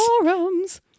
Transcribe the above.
Forums